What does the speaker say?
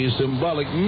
symbolic